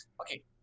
okay